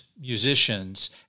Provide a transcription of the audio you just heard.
musicians